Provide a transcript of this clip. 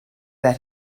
that